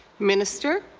minister.